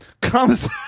comes